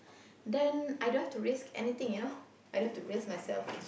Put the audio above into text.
then I don't have to risk anything you know I don't have to risk myself